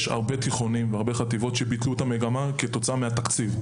יש הרבה בתי ספר תיכון והרבה חטיבות שביטלו את המגמה בגלל התקציב.